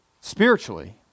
spiritually